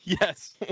yes